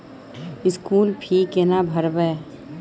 School fee केना भरबै?